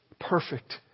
perfect